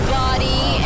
body